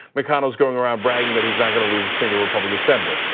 mcconnell's going around bragging that he's not gonna lose a single republican senator.